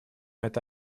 это